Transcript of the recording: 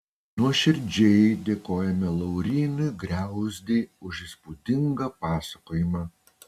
nuoširdžiai dėkojame laurynui griauzdei už įspūdingą pasakojimą